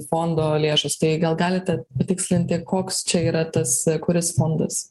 fondo lėšos tai gal galite patikslinti koks čia yra tas kuris fondas